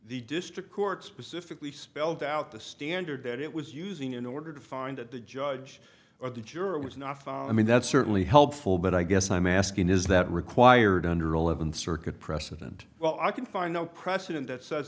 the district court specifically spelled out the standard that it was using in order to find that the judge or the juror was not found i mean that's certainly helpful but i guess i'm asking is that required under eleventh circuit precedent well i can find no precedent that says